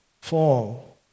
fall